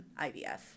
IVF